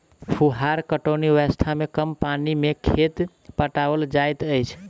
फुहार पटौनी व्यवस्था मे कम पानि मे खेत पटाओल जाइत अछि